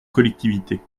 collectivités